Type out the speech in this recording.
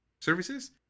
services